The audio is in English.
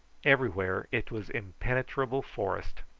everywhere it was impenetrable forest,